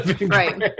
right